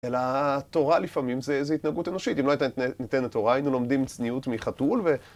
אלא התורה לפעמים זה, זה התנהגות אנושית. אם לא הייתה ניתנת תורה היינו לומדים צניעות מחתול ו...